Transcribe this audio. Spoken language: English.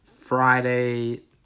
Friday